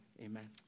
amen